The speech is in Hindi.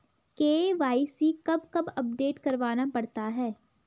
के.वाई.सी कब कब अपडेट करवाना पड़ता है?